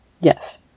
Yes